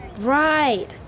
Right